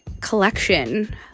collection